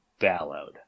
bellowed